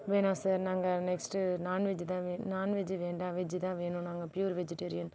வேணா சார் நாங்கள் next non veg தான் வேணும் நான் வெஜ் வேண்டா வெஜ்தான் வேணும் நாங்கள் பியூர் வெஜிடேரியன்